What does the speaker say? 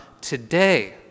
today